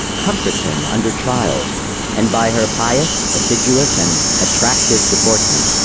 comforts him under trials and by her pious, assiduous, and attractive deportment,